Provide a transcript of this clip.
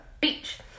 beach